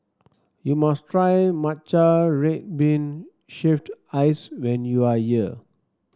you must try Matcha Red Bean Shaved Ice when you are here